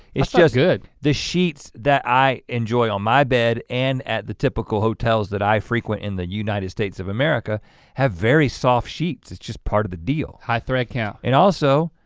it's just the sheets that i enjoy on my bed and at the typical hotels that i frequent in the united states of america have very soft sheets. it's just part of the deal. high thread count. and also,